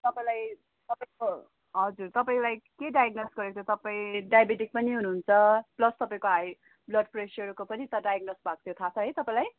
तपाईँलाई तपाईँको हजुर तपाईँलाई के डायगोनाइस्ट गरेको छ तपाईँ डाइबेटिक पनि हुनुहुन्छ प्लस तपाईँको हाई ब्लड प्रेसरको पनि त डायगोनाइस्ट भएको थियो थाहा छ है तपाईँलाई